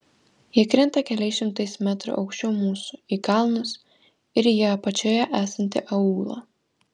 jie krinta keliais šimtais metrų aukščiau mūsų į kalnus ir į apačioje esantį aūlą